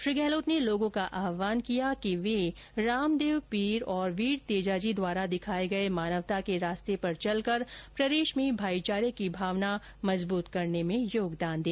श्री गहलोत ने लोगों का आहवान किया कि वे रामदेव पीर और वीर तेजाजी द्वारा दिखाए गए मानवता के रास्ते पर चलकर प्रदेश में भाईचारे की भावना मज़बूत करने में योगदान दें